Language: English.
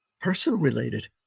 personal-related